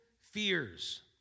fears